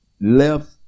left